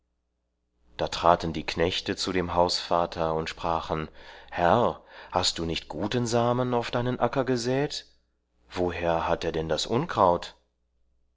da traten die knechte zu dem hausvater und sprachen herr hast du nicht guten samen auf deinen acker gesät woher hat er denn das unkraut